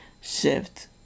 shift